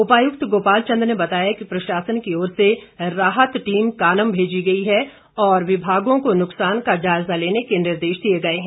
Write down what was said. उपायुक्त गोपाल चंद ने बताया कि प्रशासन की ओर से राहत टीम कानम भेजी गई है और विभागों को नुक्सान का जायजा लेने के निर्देश दिए गए हैं